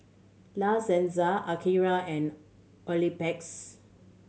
La Senza Akira and Oxyplus